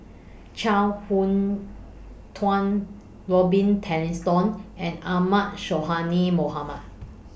Chuang Hui Tsuan Robin Tessensohn and Ahmad Sonhadji Mohamad